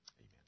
Amen